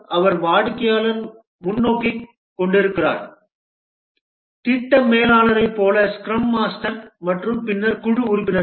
அவர் வாடிக்கையாளர் முன்னோக்கைக் கொண்டிருக்கிறார் திட்ட மேலாளரைப் போன்ற ஸ்க்ரம் மாஸ்டர் மற்றும் பின்னர் குழு உறுப்பினர்கள்